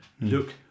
look